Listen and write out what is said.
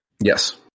Yes